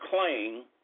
claim